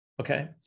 okay